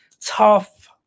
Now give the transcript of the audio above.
tough